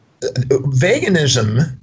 veganism